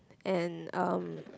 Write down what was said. and um